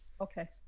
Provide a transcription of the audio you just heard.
Okay